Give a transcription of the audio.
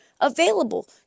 available